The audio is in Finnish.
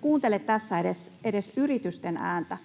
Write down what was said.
kuuntele tässä edes yritysten ääntä.